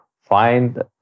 find